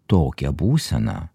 tokią būseną